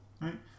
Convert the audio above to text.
right